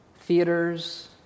theaters